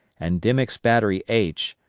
and dimick's battery h,